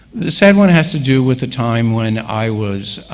the sad one has to do with a time when i was